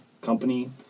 company